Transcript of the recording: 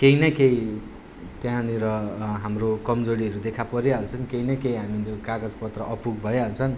केही न केही त्यहाँनिर हाम्रो कमजोरीहरू देखा परिहाल्छन् केही न केही हामीले कागजपत्र अपुग भइहाल्छन्